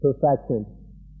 perfection